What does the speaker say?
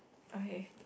okay